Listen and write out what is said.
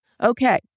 Okay